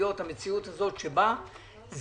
המציאות הזאת לא יכולה להיות.